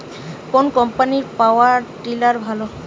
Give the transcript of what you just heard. কোন কম্পানির power tiller ভালো?